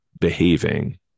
behaving